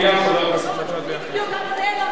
בדיוק על זה הם אמורים להתנצל,